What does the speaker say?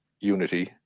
unity